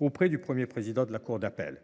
auprès du premier président de la cour d’appel.